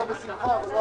ננעלה